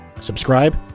Subscribe